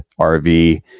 RV